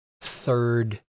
Third